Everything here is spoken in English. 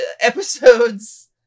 Episodes